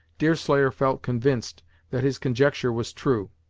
deerslayer felt convinced that his conjecture was true.